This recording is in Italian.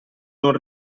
non